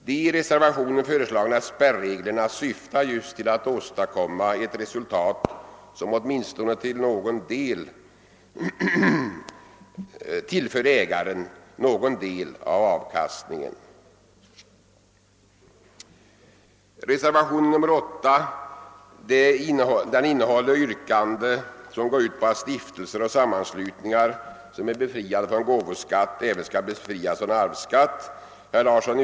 De i reservationen föreslagna spärreglerna syftar just till att åstadkomma ett resultat som åtminstone tillför ägaren någon del av avkastningen. Reservationen 8 innehåller yrkande på att stiftelser och sammanslutningar som nu är befriade från gåvoskatt även skall befrias från arvsskatt.